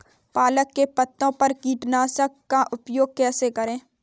पालक के पत्तों पर कीटनाशक का प्रयोग कैसे करें?